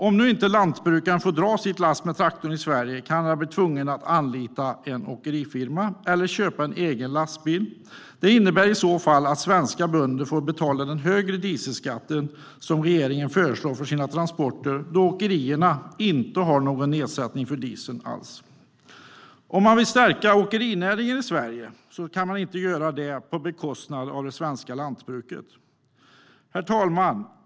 Om nu inte lantbrukaren får dra sitt lass med traktor i Sverige kan han bli tvungen att anlita en åkerifirma eller köpa en egen lastbil. Det innebär i så fall att svenska bönder får betala den högre dieselskatt som regeringen föreslår för sina transporter då åkerierna inte har någon nedsättning för diesel alls. Om man vill stärka åkerinäringen i Sverige får det inte ske på bekostnad av det svenska lantbruket. Herr talman!